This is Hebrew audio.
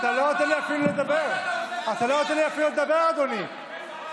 חברי הכנסת, נא